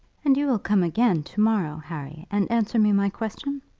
and you will come again to-morrow, harry, and answer me my question?